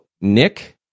Nick